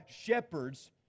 shepherds